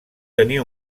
tenir